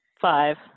five